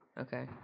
Okay